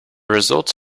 results